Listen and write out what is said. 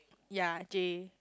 ya J